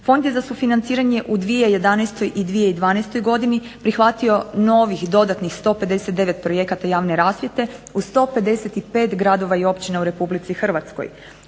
Fond je za sufinanciranje u 2011. i 2012. godini prihvatio novih dodatnih 159 projekata javne rasvjete u 155 gradova i općina u RH.